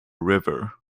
river